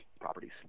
properties